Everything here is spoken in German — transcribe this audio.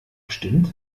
gestimmt